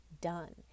done